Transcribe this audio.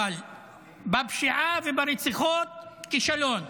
בפשיעה וברציחות, כישלון,